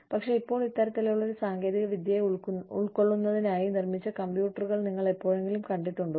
പക്ഷേ ഇപ്പോൾ ഇത്തരത്തിലുള്ള ഒരു സാങ്കേതിക വിദ്യയെ ഉൾക്കൊള്ളുന്നതിനായി നിർമ്മിച്ച കമ്പ്യൂട്ടറുകൾ നിങ്ങൾ എപ്പോഴെങ്കിലും കണ്ടിട്ടുണ്ടോ